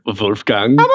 Wolfgang